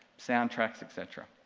soundtracks, et cetera.